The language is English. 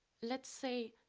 let's say,